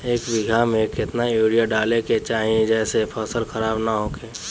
एक बीघा में केतना यूरिया डाले के चाहि जेसे फसल खराब ना होख?